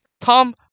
Tom